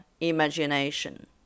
imagination